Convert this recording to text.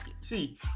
see